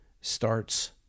starts